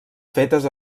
fetes